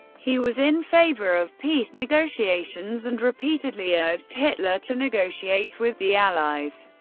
he was in favour of peace negotiations, and repeatedly urged hitler to negotiate with the allies,